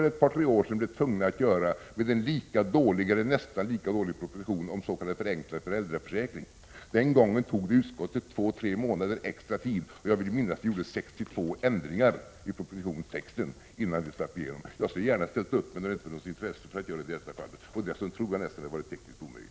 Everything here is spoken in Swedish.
Vård av barn tre år sedan blev tvungna att göra med en dålig proposition oms.k. förenklad, föräldraförsäkring. Den gången tog utskottet två tre månader extra tid på sig. Jag vill minnas att vi gjorde 62 ändringar i propositionstexten innan vi släppte igenom den. Jag skulle gärna ha ställt upp nu, men det har inte funnits intresse i detta fall. Dessutom tror jag att det skulle ha varit helt omöjligt.